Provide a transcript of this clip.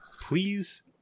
please